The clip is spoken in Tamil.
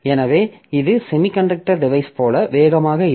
எனவே இது செமிகண்டக்டர் டிவைஸ்ப் போல வேகமாக இல்லை